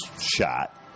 shot